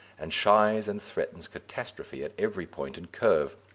and shies and threatens catastrophe at every point and curve.